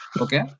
Okay